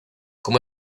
como